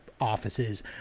offices